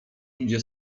idzie